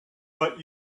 but